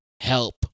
help